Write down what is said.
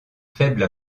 faible